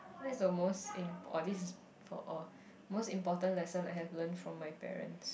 what is the most impor~ oh this is for oh most important lesson I have learned from my parents